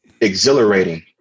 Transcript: exhilarating